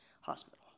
Hospital